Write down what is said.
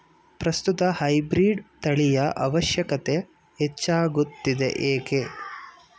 ಪ್ರಸ್ತುತ ಹೈಬ್ರೀಡ್ ತಳಿಯ ಅವಶ್ಯಕತೆ ಹೆಚ್ಚಾಗುತ್ತಿದೆ ಏಕೆ?